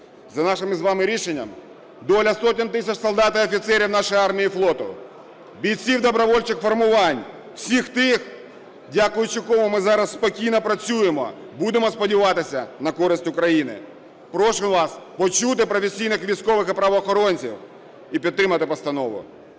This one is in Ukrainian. За нашим з вами рішенням доля сотень тисяч солдат і офіцерів нашої армії і флоту, бійців добровольчих формувань, всіх тих, дякуючи кому ми зараз спокійно працюємо, будемо сподіватися, на користь України. Прошу вас почути професійних військових і правоохоронців і підтримати постанову.